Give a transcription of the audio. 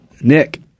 Nick